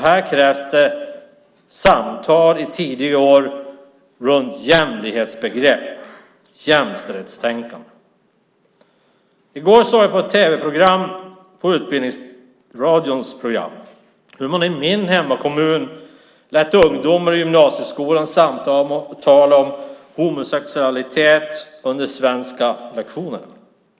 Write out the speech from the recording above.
Här krävs samtal i tidiga år om jämlikhetsbegrepp och jämställdhetstänkande. I går såg jag på ett av Utbildningsradions tv-program hur man i min hemkommun lät ungdomar i gymnasieskolan samtala om homosexualitet under svensklektionerna.